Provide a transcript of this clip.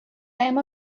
اما